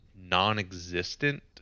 non-existent